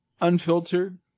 Unfiltered